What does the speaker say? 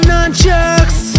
nunchucks